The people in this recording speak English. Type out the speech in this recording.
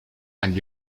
and